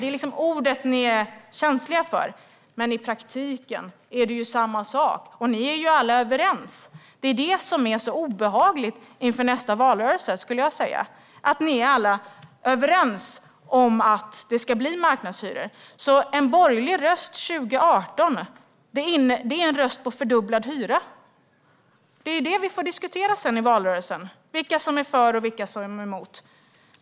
Det är ordet ni är känsliga för. Men i praktiken är det samma sak. Och ni är alla överens. Det är mycket obehagligt inför nästa valrörelse att ni alla är överens om att det ska bli marknadshyror. En röst på något av de borgerliga partierna 2018 är alltså en röst för fördubblad hyra. Det är detta som vi får diskutera i valrörelsen, alltså vilka som är för och vilka som är emot.